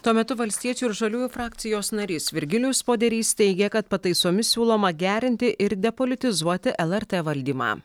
tuo metu valstiečių ir žaliųjų frakcijos narys virgilijus poderys teigia kad pataisomis siūloma gerinti ir depolitizuoti lrt valdymą